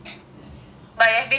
but you have been to india lah